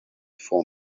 for